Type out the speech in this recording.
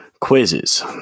quizzes